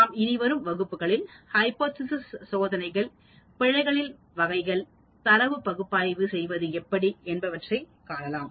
நாம் இனிவரும் வகுப்புகளில் ஹைபோதேசிஸ் சோதனைகள் பிழைகளின் வகைகள் மற்றும் தரவு பகுப்பாய்வு செய்வது எப்படி என்பவற்றை காணலாம்